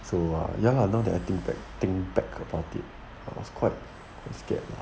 so uh ya now that I think back thing back about it was quite scared